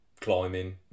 climbing